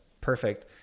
perfect